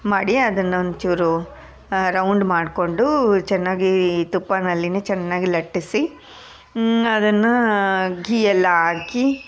ಮಾಡಿ ಅದನ್ನ ಒಂಚೂರು ರೌಂಡ್ ಮಾಡಿಕೊಂಡು ಚೆನ್ನಾಗಿ ತುಪ್ಪದಲ್ಲಿನೇ ಚೆನ್ನಾಗಿ ಲಟ್ಟಿಸಿ ಅದನ್ನು ಘೀ ಎಲ್ಲ ಹಾಕಿ